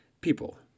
people